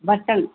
button